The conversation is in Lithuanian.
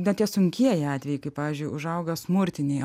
bet tie sunkieji atvejai kai pavyzdžiui užauga smurtinėj